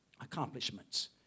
accomplishments